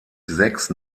sechs